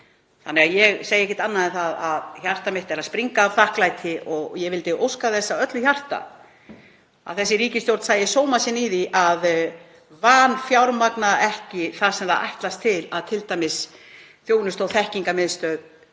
Ég segi ekkert annað en það að hjarta mitt er að springa af þakklæti og ég vildi óska þess af öllu hjarta að þessi ríkisstjórn sæi sóma sinn í því að vanfjármagna ekki það sem hún ætlast til að Þjónustu- og þekkingarmiðstöð